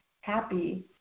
happy